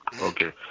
Okay